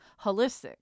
holistic